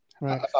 Right